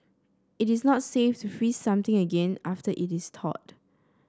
it is not safe to freeze something again after it is thawed